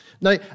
Now